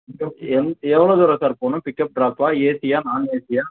it's okay எம் எவ்வளோ தூரம் சார் போகணும் பிக்கப் ட்ராப்பா ஏசியா நாண் ஏசியா